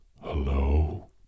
Hello